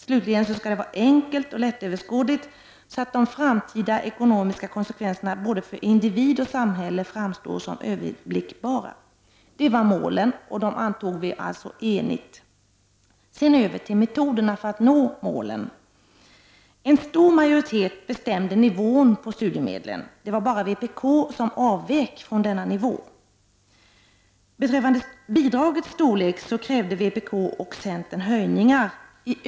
Slutligen skall det vara enkelt och lättöverskådligt, så att de framtida ekonomiska konsekvenserna både för individ och samhälle framstår som överblickbara. Detta var då målen, och dem antog vi i enighet. Sedan över till metoderna för att nå målen. En stor majoritet bestämde nivån på studiemedlen — endast vpk avvek från denna nivå. Beträffande bidragets storlek krävde vpk och centern höjningar.